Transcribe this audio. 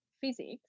physics